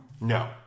No